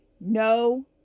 No